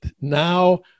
now